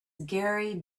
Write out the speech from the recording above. gary